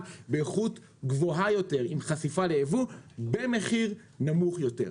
באיכות גבוהה יותר עם חשיפה לייבוא במחיר נמוך יותר.